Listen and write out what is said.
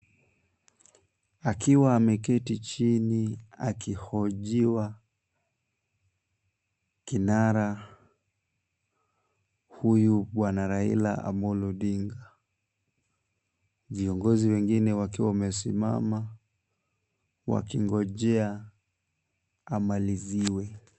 Akiwa ameketi chini akihojiwa kinara huyu bwana Raila Amollo Odinga, viongozi wengine wakiwa wamesimama, wakingonjea amaliziwe.